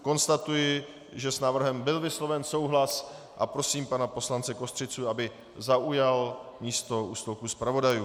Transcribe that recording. Konstatuji, že s návrhem byl vysloven souhlas, a prosím pana poslance Kostřicu, aby zaujal místo u stolku zpravodajů.